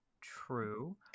True